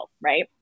right